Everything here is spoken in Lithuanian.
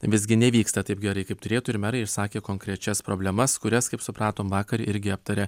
visgi nevyksta taip gerai kaip turėtų ir merai išsakė konkrečias problemas kurias kaip supratom vakar irgi aptarė